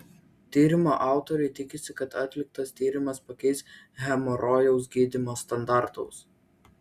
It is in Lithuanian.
tyrimo autoriai tikisi kad atliktas tyrimas pakeis hemorojaus gydymo standartus